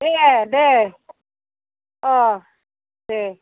दे दे अह दे